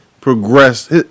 progressed